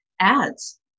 ads